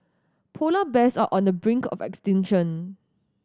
polar bears are on the brink of extinction